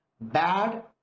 bad